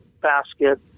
basket